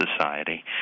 society